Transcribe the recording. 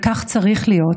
וכך צריך להיות,